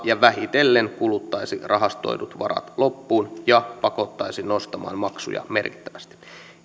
ja vähitellen kuluttaisi rahastoidut varat loppuun ja pakottaisi nostamaan maksuja merkittävästi